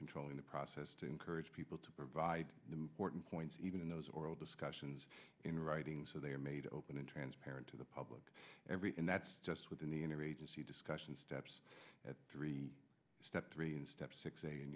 controlling the process to encourage people to provide the porton points even in those oral discussions in writing so they are made open and transparent to the public everything that's just within the inner agency discussion steps at three step three and step six